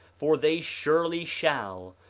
for they surely shall,